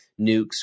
Nukes